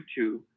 YouTube